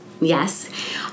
Yes